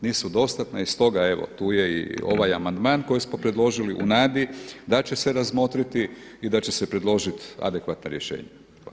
Nisu dostatna i stoga evo tu je i ovaj amandman koji smo predložili u nadi da će se razmotriti i da će se predložiti adekvatna rješenja.